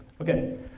Okay